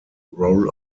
roll